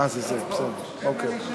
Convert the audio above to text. השר בנט,